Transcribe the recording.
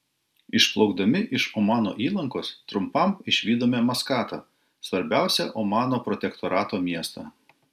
išplaukdami iš omano įlankos trumpam išvydome maskatą svarbiausią omano protektorato miestą